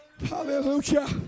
hallelujah